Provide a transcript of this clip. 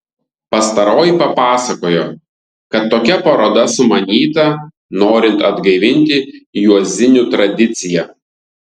pastaroji papasakojo kad tokia paroda sumanyta norint atgaivinti juozinių tradiciją